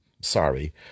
Sorry